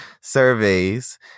surveys